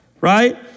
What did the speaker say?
right